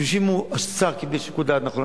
משום שאם השר קיבל שיקול דעת נכון,